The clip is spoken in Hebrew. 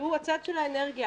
שהוא הצד של האנרגיה.